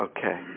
Okay